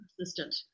assistant